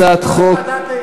הצעת חוק,